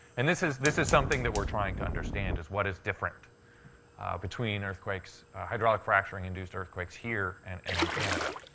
and this is this is something that we're trying to understand is what is different between earthquakes hydraulic fracturing induced earthquakes here and and in canada.